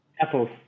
Apples